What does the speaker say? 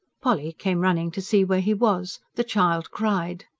polly came running to see where he was, the child cried,